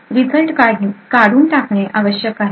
result काढून टाकणे आवश्यक आहे